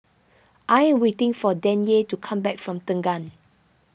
I am waiting for Danyel to come back from Tengah